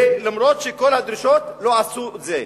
ולמרות כל הדרישות, לא עשו את זה.